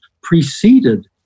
preceded